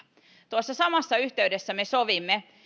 tuossa samassa yhteydessä me sovimme